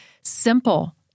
simple